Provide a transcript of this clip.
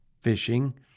fishing